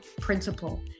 principle